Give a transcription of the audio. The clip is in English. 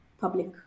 public